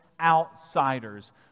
outsiders